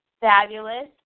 Fabulous